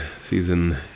season